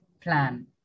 plan